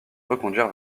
reconduire